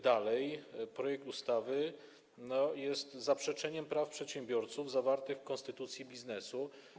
Dalej - projekt ustawy jest zaprzeczeniem praw przedsiębiorców zawartych w konstytucji biznesu.